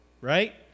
right